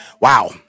Wow